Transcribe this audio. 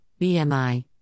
BMI